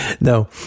No